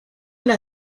una